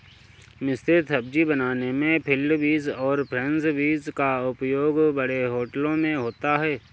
मिश्रित सब्जी बनाने में फील्ड बींस और फ्रेंच बींस का उपयोग बड़े होटलों में होता है